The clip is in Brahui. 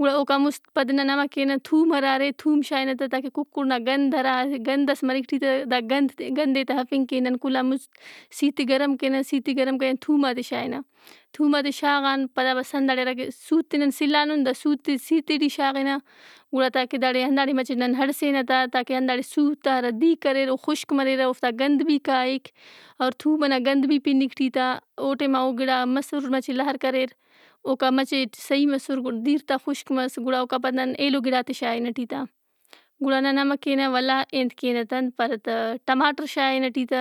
گُڑا اوکا مُست- پد نن امہ کینہ، تُھوم ہرا ارے تھوم شائنہ تا، تاکہ کُکُڑ نا گند ہرا ارے گندئس مریک ای ٹی تہ، دا گندئے تہ ارفِنگ کے۔ نن کل آن مُست سِیت ئے گرم کینہ۔ سی تے گرم کرین تھوماتے شائنہ۔ تھوماتے شاغان پدابس ہنداڑے ہرا کہ سٗوت ئے نن سِلّانُن، دا سُوت ئے سِیت ئے ٹی شاغِنہ۔ گُڑا تاکہ داڑے ہنداڑے مچہِ نن ہڑسینہ تا تاکہ ہنداڑے سُوت آ ہرا دِیرک اریراو خُشک مریرہ، اوفتا گند بھی کائِک او تھوم ئنا گند بھی پِنِّک ای ٹی تا۔ او ٹیم آ او گِڑا مسُّر مچہ لار کریر، اوکا مچٹ صحیح مسُّرگُڑا دیر تا خُشک مس گڑا اوکا پد نن ایلو گِڑات ئے شائنہ ای ٹی تا۔ گُڑا نن امہ کینہ ولا انت کینہ تا ئے انت پارہ تا، ٹماٹرشائنہ ای ٹی تا،